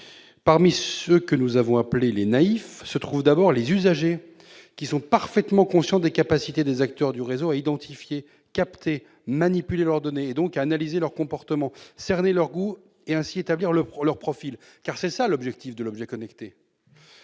Parmi ceux que nous avons appelés les " naïfs " se trouvent d'abord les usagers, qui sont parfaitement conscients des capacités des acteurs du réseau à identifier, capter, manipuler leurs données et donc à analyser leur comportement, cerner leurs goûts et ainsi établir leur profil. » Car tel est bien l'objectif de l'objet connecté